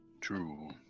True